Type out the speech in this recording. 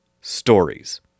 stories